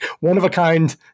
one-of-a-kind